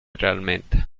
realmente